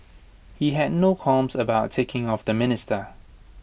he had no qualms about ticking off the minister